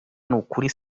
nukuri